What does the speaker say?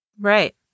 Right